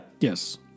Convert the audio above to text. Yes